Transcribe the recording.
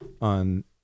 on